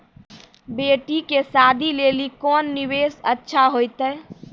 बेटी के शादी लेली कोंन निवेश अच्छा होइतै?